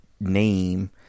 name